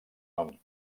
nom